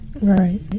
Right